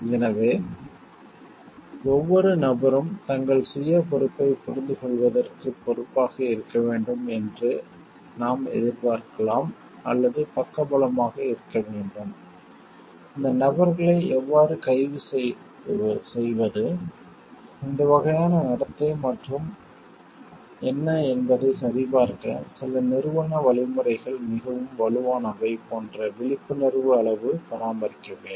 எனவே ஒவ்வொரு நபரும் தங்கள் சுய பொறுப்பைப் புரிந்துகொள்வதற்குப் பொறுப்பாக இருக்க வேண்டும் என்று நாம் எதிர்பார்க்கலாம் அல்லது பக்கபலமாக இருக்க வேண்டும் இந்த நபர்களை எவ்வாறு கைது செய்வது இந்த வகையான நடத்தை மற்றும் என்ன என்பதைச் சரிபார்க்க சில நிறுவன வழிமுறைகள் மிகவும் வலுவானவை போன்ற விழிப்புணர்வு அளவு பராமரிக்கப்பட வேண்டும்